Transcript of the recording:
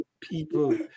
people